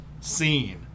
seen